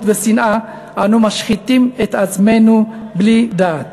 ושנאה אנו משחיתים את עצמנו בלי דעת.